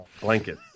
blanket